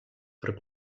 per